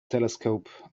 telescope